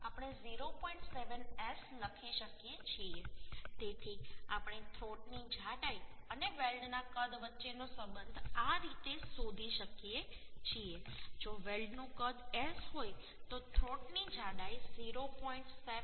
તેથી આપણે થ્રોટની જાડાઈ અને વેલ્ડના કદ વચ્ચેનો સંબંધ આ રીતે શોધી શકીએ છીએ જો વેલ્ડનું કદ S હોય તો થ્રોટની જાડાઈ 0